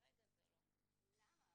למה?